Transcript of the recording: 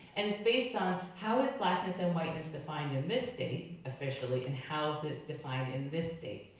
and it's based on, how is blackness and whiteness defined in this state officially and how's it defined in this state?